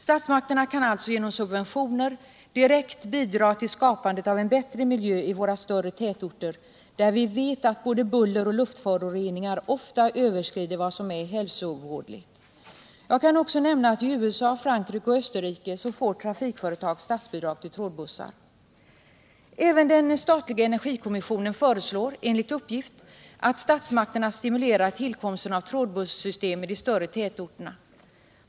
Statsmakterna kan alltså genom subventioner direkt bidra till skapandet av en bättre miljö i våra större tätorter, där vi vet att både buller och luftföroreningar ofta är hälsovådliga. Jag kan också nämna att i USA, Frankrike och Österrike får trafikföretag statsbidrag till trådbussar. Även den statliga energikommissionen föreslår enligt uppgift att statsmakterna skall stimulera tillkomst av trådbussystem i de större tätorterna.